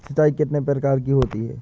सिंचाई कितनी प्रकार की होती हैं?